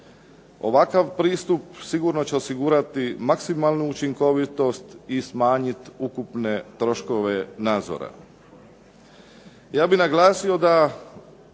Ovakav pristup sigurno će osigurati maksimalnu učinkovitost i smanjit ukupne troškove nadzora.